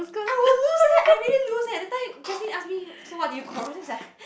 I will lose leh I really lose leh that time Justin ask me you so what did you quarrel then I was like